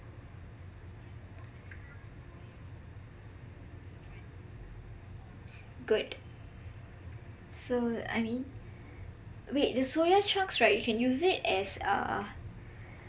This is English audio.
good so I mean wait the soya chunks right you can use it as uh